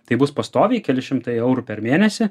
tai bus pastoviai keli šimtai eurų per mėnesį